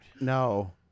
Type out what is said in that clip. No